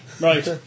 Right